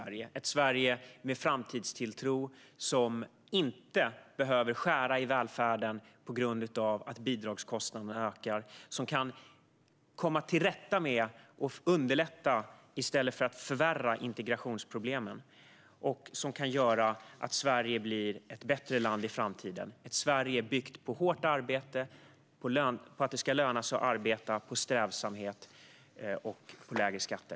Då kan vi bygga ett Sverige med framtidstilltro, ett Sverige som inte behöver skära i välfärden på grund av att bidragskostnaderna ökar, som kan komma till rätta med integrationsproblemen och underlätta i stället för att förvärra dem och som kan bli ett bättre land i framtiden. Det blir ett Sverige byggt på hårt arbete, på att det ska löna sig att arbeta, på strävsamhet och på lägre skatter.